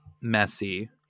messy